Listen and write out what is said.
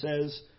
says